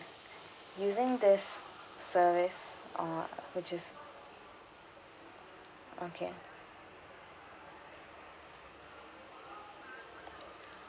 using this service uh which is okay